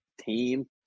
team